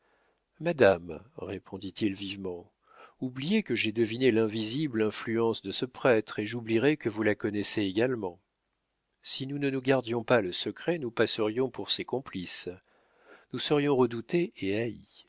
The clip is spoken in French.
madame répondit-il vivement oubliez que j'ai deviné l'invisible influence de ce prêtre et j'oublierai que vous la connaissez également si nous ne nous gardions pas le secret nous passerions pour ses complices nous serions redoutés et